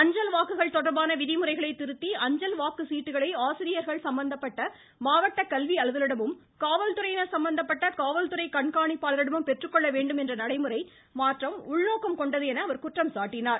அஞ்சல் வாக்குகள் தொடர்பான விதிமுறைகளை திருத்தி அஞ்சல் வாக்குச் சீட்டுகளை ஆசிரியர்கள் சம்மந்தப்பட்ட மாவட்ட கல்வி அலுவலரிடமும் காவல் துறையினர் சம்மந்தப்பட்ட காவல் துறை கண்காணிப்பாளரிடமும் பெற்றுக் கொள்ள வேண்டும் என்ற நடைமுறை மாற்றம் உள்நோக்கம் கொண்டது என அவர் குற்றம் சாட்டினார்